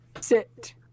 Sit